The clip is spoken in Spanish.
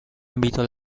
ámbito